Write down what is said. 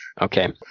Okay